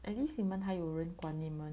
at least 你们还有人管你们